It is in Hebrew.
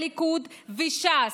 הליכוד וש"ס.